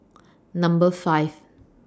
Number five